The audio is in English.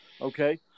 Okay